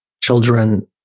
children